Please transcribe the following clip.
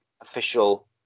official